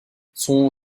son